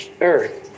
earth